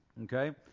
Okay